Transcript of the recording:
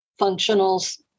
functionals